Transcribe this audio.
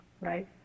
right